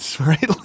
right